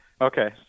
Okay